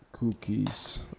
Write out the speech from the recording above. Cookies